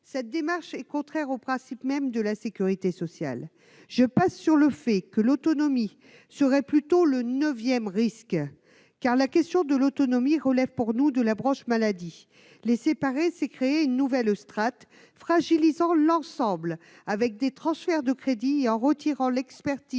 telle démarche est contraire aux principes mêmes de la sécurité sociale. Je passe sur le fait que la perte d'autonomie serait plutôt le neuvième risque ... En effet, elle relève, selon nous, de la branche maladie. Les séparer, c'est créer une nouvelle strate fragilisant l'ensemble, avec des transferts de crédits, et tourner le dos à l'expertise